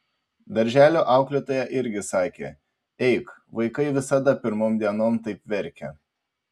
darželio auklėtoja irgi sakė eik vaikai visada pirmom dienom taip verkia